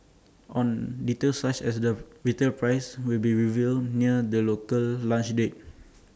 on details such as the retail price will be revealed near the local launch date